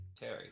Terry